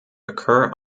occur